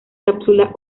cápsula